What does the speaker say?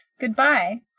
Goodbye